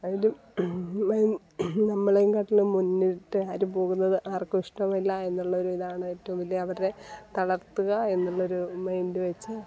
അതായത് നമ്മളെകാട്ടിലും മുന്നിട്ട് ആരും പോകുന്നത് ആർക്കും ഇഷ്ടമല്ല എന്നുള്ള ഒരു ഇതാണ് ഏറ്റവും വലിയ അവരെ തളർത്തുക എന്നുള്ളൊരു മൈൻഡ് വെച്ച്